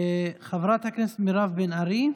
חברת הכנסת מירב בן ארי,